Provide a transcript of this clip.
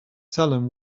salem